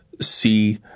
see